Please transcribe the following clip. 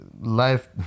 life